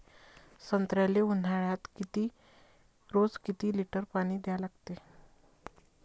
संत्र्याले ऊन्हाळ्यात रोज किती लीटर पानी द्या लागते?